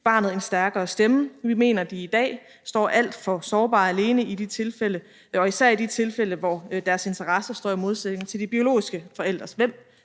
barnet en stærkere stemme. Vi mener, at de i dag står alt for sårbare og alene, især i de tilfælde, hvor deres interesser står i modsætning til de biologiske forældres,